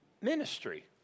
ministry